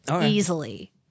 Easily